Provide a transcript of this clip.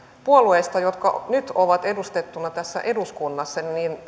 puolueista jotka nyt ovat edustettuina tässä eduskunnassa